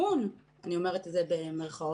"התיקון", אני אומרת את זה במירכאות,